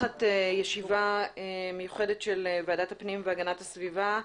אני פותחת ישיבה מיוחדת של ועדת הפנים והגנת הסביבה.